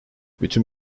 bütün